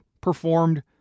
performed